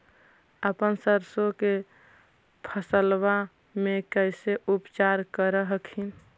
अपन सरसो के फसल्बा मे कैसे उपचार कर हखिन?